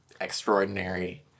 extraordinary